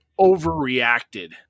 overreacted